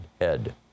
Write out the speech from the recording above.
head